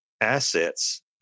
assets